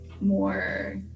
more